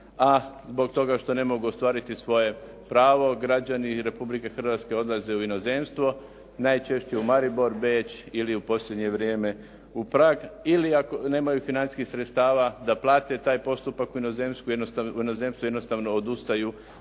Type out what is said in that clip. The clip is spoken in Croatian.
a zbog toga što ne mogu ostvariti svoje pravo, građani Republike Hrvatske odlaze u inozemstvo, najčešće u Maribor, Beč ili u posljednje vrijeme u Prag ili ako nemaju financijskih sredstava da plate taj postupak u inozemstvu jednostavno odustaju